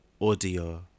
audio